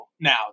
now